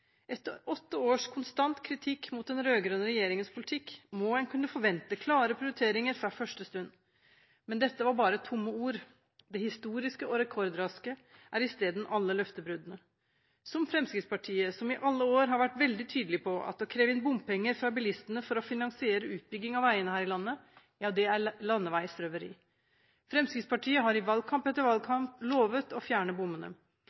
Etter åtte års konstant kritikk av den rød-grønne regjeringens politikk må en kunne forvente klare prioriteringer fra første stund, men dette var bare tomme ord. Det historiske og rekordraske er i stedet alle løftebruddene. For eksempel har Fremskrittspartiet i alle år vært veldig tydelig på at det å kreve inn bompenger fra bilistene for å finansiere utbygging av veiene her i landet er landeveisrøveri. De har i valgkamp etter valgkamp lovet å fjerne bommene.